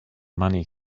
money